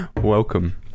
Welcome